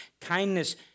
kindness